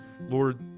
Lord